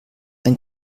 ein